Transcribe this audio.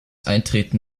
eintreten